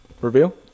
Reveal